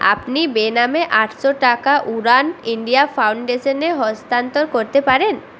আপনি বেনামে আটশো টাকা উড়ান ইন্ডিয়া ফাউন্ডেশনে হস্তান্তর করতে পারেন